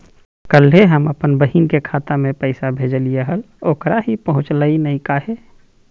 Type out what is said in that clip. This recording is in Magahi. कल्हे हम अपन बहिन के खाता में पैसा भेजलिए हल, ओकरा ही पहुँचलई नई काहे?